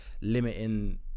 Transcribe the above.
limiting